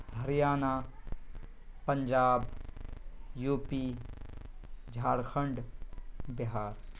Haryana Punjab U P Jharkhand Bihar